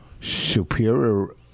superior